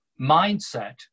mindset